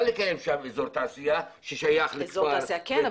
לקיים שם אזור תעשייה ששייך --- אזור תעשייה כן,